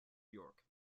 york